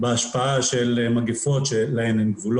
אני חושב שהדיון שגב'